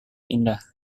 indah